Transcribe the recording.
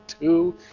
two